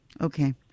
Okay